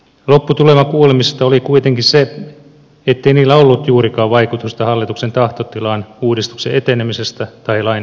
lopputulema kuulemisista oli kuitenkin se ettei niillä ollut juurikaan vaikutusta hallituksen tahtotilaan uudistuksen etenemisestä tai lain sisällöstä